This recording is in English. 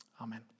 Amen